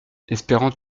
espérant